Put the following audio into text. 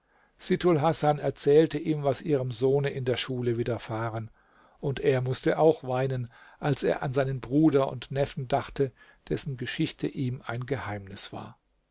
sittulhasan erzählte ihm was ihrem sohne in der schule widerfahren und er mußte auch weinen als er an seinen bruder und neffen dachte dessen geschichte ihm ein geheimnis war